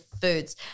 foods